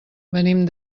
venim